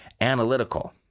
analytical